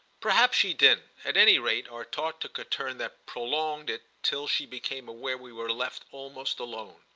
perhaps she didn't at any rate our talk took a turn that prolonged it till she became aware we were left almost alone.